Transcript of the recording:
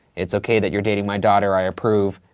it's okay that you're dating my daughter. i approve.